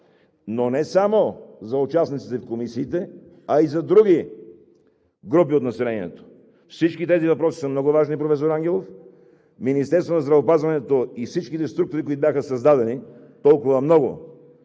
но не само за участниците в комисиите, а и за други групи от населението. Всички тези въпроси са много важни, професор Ангелов. Министерството на здравеопазването и всичките структури, които бяха създадени толкова много,